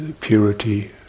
purity